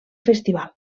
festival